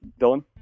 Dylan